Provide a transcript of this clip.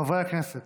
חברי הכנסת,